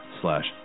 slash